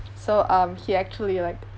so um he actually like